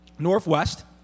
Northwest